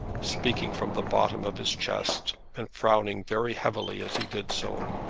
speaking from the bottom of his chest, and frowning very heavily as he did so.